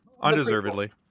Undeservedly